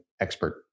expert